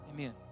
Amen